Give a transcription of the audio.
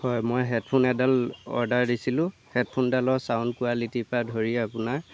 হয় মই হেডফোন এডাল অৰ্ডাৰ দিছিলোঁ হেডফোনডালৰ ছাউণ্ড কোৱালিটিৰ পৰা ধৰি আপোনাৰ